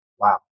Wow